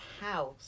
house